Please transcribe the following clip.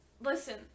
listen